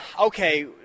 Okay